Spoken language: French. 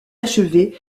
achevée